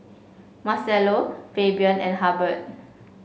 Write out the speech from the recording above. Marcello Fabian and Hubbard